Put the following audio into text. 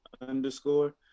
underscore